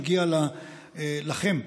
מגיע לכם,